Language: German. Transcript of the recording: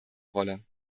rolle